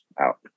out